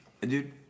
Dude